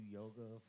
yoga